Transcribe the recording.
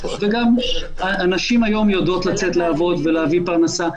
גם הנשים היום יודעות לצאת לעבוד ולהביא פרנסה.